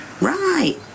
Right